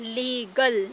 legal